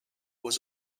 was